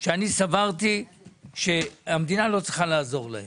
שאני סברתי שהמדינה לא צריכה לעזור להן,